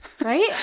Right